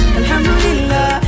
alhamdulillah